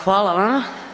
Hvala vam.